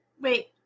Wait